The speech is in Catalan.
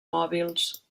mòbils